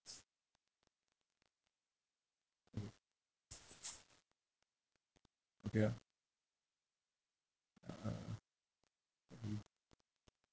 okay ah uh